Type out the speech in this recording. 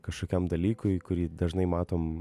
kažkokiam dalykui kurį dažnai matom